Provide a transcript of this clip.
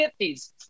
50s